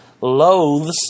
loathes